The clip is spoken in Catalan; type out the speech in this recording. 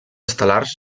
estel·lars